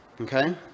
Okay